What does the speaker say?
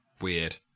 weird